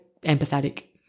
empathetic